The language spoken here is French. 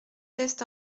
test